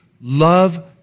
love